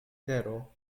tero